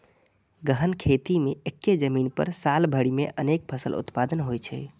गहन खेती मे एक्के जमीन पर साल भरि मे अनेक फसल उत्पादन होइ छै